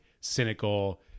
cynical